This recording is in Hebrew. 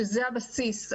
שזה הבסיס.